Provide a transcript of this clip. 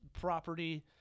property